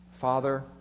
Father